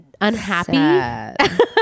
unhappy